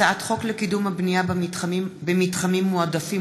הצעת חוק לקידום הבנייה במתחמים מועדפים